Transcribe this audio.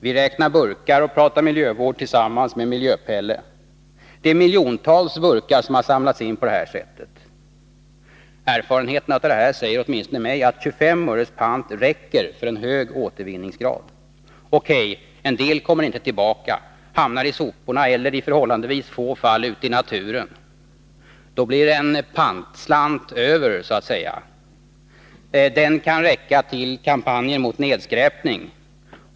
Vi räknade burkar och pratade miljövård tillsammans med Miljö-Pelle. Det är miljontals burkar som har samlats på det sättet. Erfarenheterna av det här säger åtminstone mig att 25 öres pant räcker för en hög återvinningsgrad. O.K. en del kommer inte tillbaka, hamnar i soporna eller, i förhållandevis få fall, ute i naturen. Då blir så att säga en pantslant över. Den kan räcka till kampanjer mot nedskräpning.